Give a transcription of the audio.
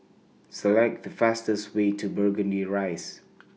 Select The fastest Way to Burgundy Rise